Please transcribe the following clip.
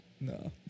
No